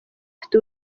afite